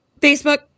Facebook